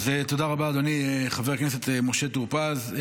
תודה רבה, אדוני חבר הכנסת משה טור פז.